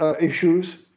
issues